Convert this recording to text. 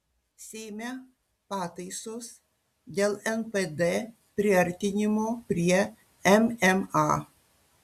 seime pataisos dėl npd priartinimo prie mma